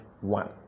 one